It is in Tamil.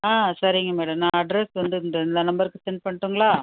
ஆ சரிங்க மேடம் நான் அட்ரஸ் வந்து இந்த இந்த நம்பர்க்கு செண்ட் பண்ணிட்டுங்களா